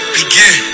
Begin